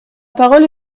parole